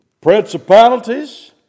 principalities